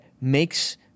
makes